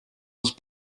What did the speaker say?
was